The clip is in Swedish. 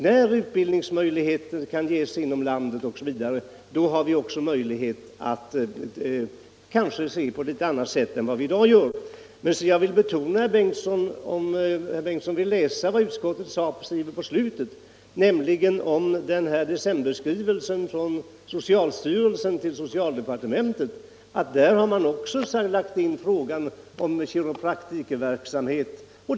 När utbildningsmöjligheter ges inom landet, har vi också möjlighet att se detta på ett annat sätt än vi i dag gör. Jag vill för herr Bengtsson betona vad utskottet säger i slutet av sitt utlåtande över motionen. Utskottet påpekar där att socialstyrelsen i den s.k. decemberskrivelsen till socialdepartementet också förklarat sig beredd att stödja prövning av kiropraktikverksamhet.